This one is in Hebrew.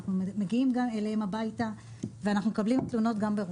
אנחנו מגיעים גם אליהם הביתה ואנחנו מקבלים תלונות גם ברוסית.